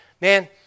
man